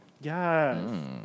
Yes